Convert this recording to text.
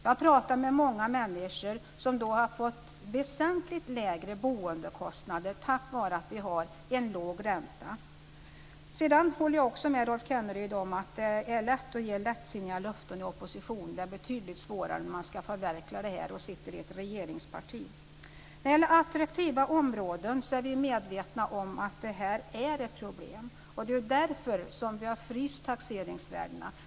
Jag har talat med många människor som har fått väsentligt lägre boendekostnader tack vare att vi har en låg ränta. Jag håller också med Rolf Kenneryd om att det är lätt att ge lättsinniga löften i opposition. Det är betydligt svårare när man i ett regeringsparti ska förverkliga detta. När det gäller attraktiva områden är vi medvetna om att detta är ett problem. Det är därför som vi har fryst taxeringsvärdena.